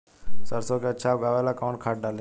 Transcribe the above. सरसो के अच्छा उगावेला कवन खाद्य डाली?